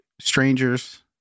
strangers